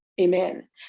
Amen